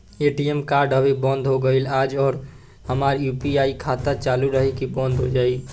ATM card अभी बंद हो गईल आज और हमार यू.पी.आई खाता चालू रही की बन्द हो जाई?